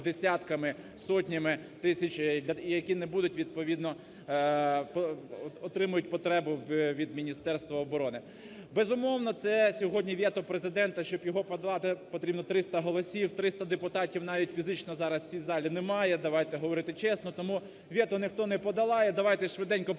десятками, сотнями тисяч, які не будуть, відповідно отримують потребу від Міністерства оборони. Безумовно, це сьогодні вето Президента, щоб його подолати, потрібно 300 голосів, 300 депутатів навіть фізично зараз в цій залі немає, давайте говорити чесно, тому вето ніхто не подолає. Давайте швиденько пройдемо